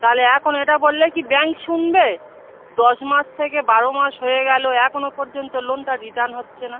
তাহলে এখন এটা বললে কি ব্যাংক শুনবে দশ মাস থেকে বারো মাস হয়ে গেলো এখনও পর্যন্ত লোনটা রিটার্ন হচ্ছে না